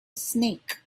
snake